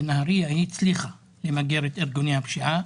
בנהריה היא הצליחה למגר את ארגוני הפשיעה.